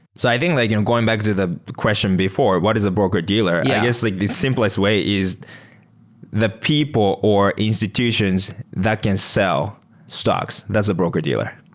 so i think going back to the question before, what is a broker-dealer? i guess like the simplest way is the people or institutions that can sell stocks. that's a broker-dealer.